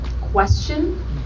question